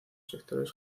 sectores